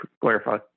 Clarify